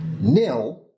Nil